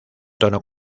tono